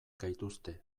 gaituzte